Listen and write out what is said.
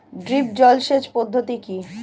Drip জল সেচ পদ্ধতি কি?